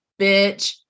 bitch